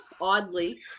oddly